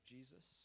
Jesus